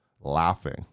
laughing